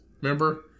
Remember